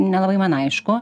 nelabai man aišku